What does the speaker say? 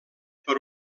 per